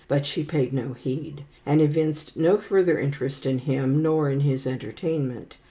but she paid no heed, and evinced no further interest in him nor in his entertainment.